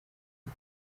byo